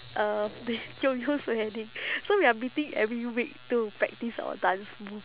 um you you's wedding so we are meeting every week to practise our dance move